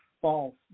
false